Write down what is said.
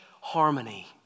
harmony